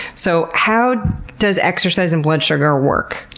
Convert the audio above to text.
so, how does exercise and blood sugar work?